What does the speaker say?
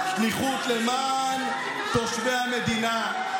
שליחות למען תושבי המדינה,